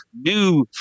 new